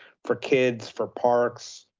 for kids for parks,